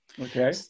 okay